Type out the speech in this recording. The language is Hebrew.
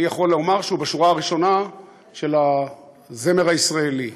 אני יכול לומר שהוא בשורה הראשונה של הזמר הישראלי.